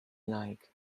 like